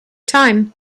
time